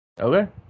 Okay